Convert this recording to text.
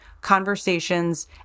conversations